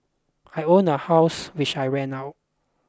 I own a house which I rent out